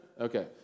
Okay